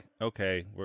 okay